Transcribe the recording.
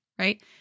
right